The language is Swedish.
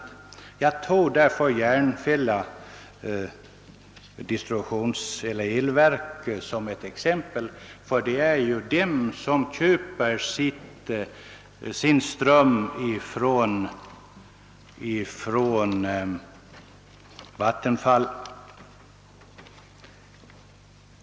Jag tog därför som exempel Järfälla elverk, som ju köper sin ström från Vattenfall.